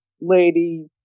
lady